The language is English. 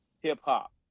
hip-hop